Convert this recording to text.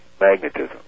magnetism